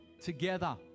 together